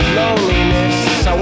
loneliness